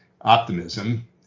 optimism